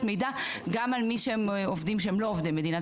מידע גם על עובדים שהם לא עובדי מדינה,